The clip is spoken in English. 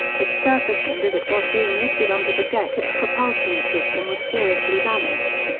it surfaced and as it was being lifted onto the deck its propulsion system was seriously damaged.